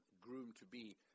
groom-to-be